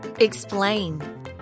Explain